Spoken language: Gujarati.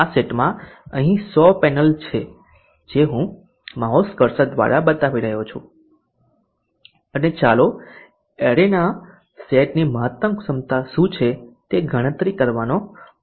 આ સેટમાં અહીં 100 પેનલ છે જે હું માઉસ કર્સર દ્વારા બતાવી રહ્યો છું અને ચાલો એરે ના સેટની મહત્તમ ક્ષમતા શું છે તે ગણતરી કરવાનો પ્રયાસ કરીએ